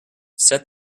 set